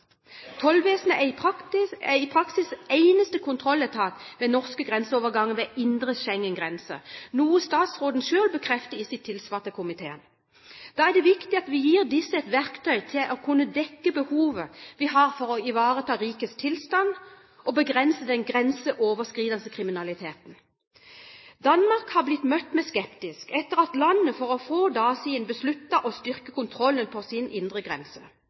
Tollvesenet er i praksis eneste kontrolletat ved norske grenseoverganger ved indre Schengen grense, noe statsråden selv bekrefter i sitt svar til komiteen. Da er det viktig at vi gir disse verktøy til å kunne dekke behovet vi har for å ivareta rikets sikkerhet og begrense den grenseoverskridende kriminaliteten. Danmark har blitt møtt med skepsis etter at landet for få dager siden besluttet å styrke kontrollen ved sine indre